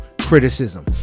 criticism